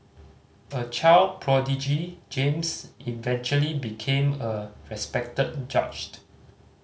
a child prodigy James eventually became a respected judge